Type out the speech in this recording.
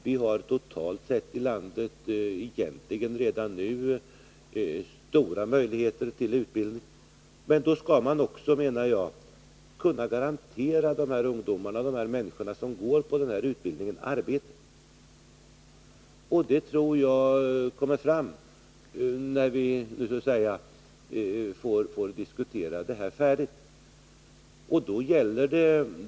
Vi har totalt sett redan nu stora mö igheter att ge utbildning. Men då skall man också kunna garantera de r änniskor arbete vilka går igenom utbildningen. Det tror jag kommer fram när vi så att säga fått diskutera detta färdigt.